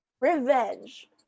revenge